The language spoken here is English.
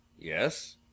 Yes